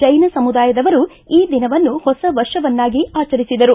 ಜೈನ ಸಮುದಾಯದವರು ಈ ದಿನವನ್ನು ಹೊಸ ವರ್ಷವನ್ನಾಗಿ ಆಚರಿಸಿದರು